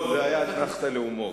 טוב, זו היתה אתנחתא להומור.